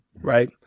right